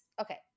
okay